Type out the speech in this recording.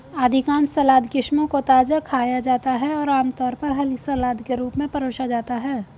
अधिकांश सलाद किस्मों को ताजा खाया जाता है और आमतौर पर हरी सलाद के रूप में परोसा जाता है